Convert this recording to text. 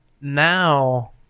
now